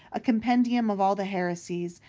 a compendium of all the heresies,